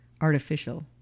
artificial